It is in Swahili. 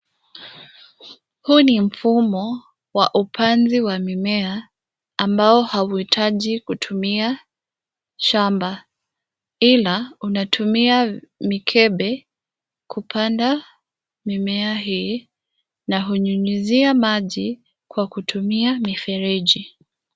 Huu ni mfumo wa upanzi wa mimea ambao hahutaji kutumia shamba ila unatumia mikebe kupanda mimea hii na hunyunyizia maji kutuma mifereji.